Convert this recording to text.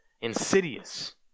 insidious